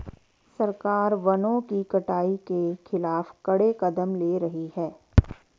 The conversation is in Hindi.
सरकार वनों की कटाई के खिलाफ कड़े कदम ले रही है